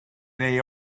neu